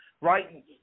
right